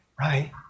Right